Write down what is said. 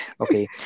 Okay